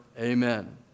Amen